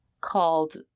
called